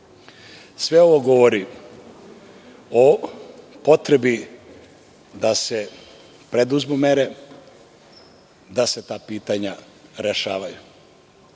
Sve ovo govori o potrebi da se preduzmu mere da se ta pitanja rešavaju. Još